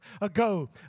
ago